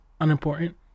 Unimportant